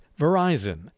Verizon